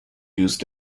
used